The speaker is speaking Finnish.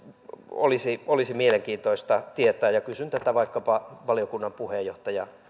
olisi olisi mielenkiintoista tietää ja kysyn tätä vaikkapa valiokunnan puheenjohtaja